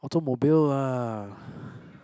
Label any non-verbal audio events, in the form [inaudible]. automobil lah [breath]